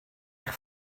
eich